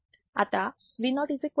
आता Vo If Rf